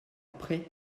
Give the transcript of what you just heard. après